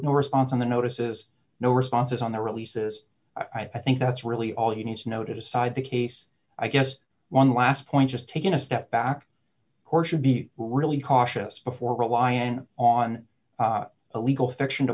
no response on the notices no responses on their releases i think that's really all you need to know to decide the case i guess one last point just taken a step back or should be really cautious before reliant on a legal fiction to